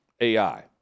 AI